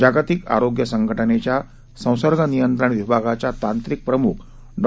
जागतिक आरोग्य संघटनेच्या संसर्ग नियंत्रण विभागाच्या तांत्रिक प्रम्ख डॉ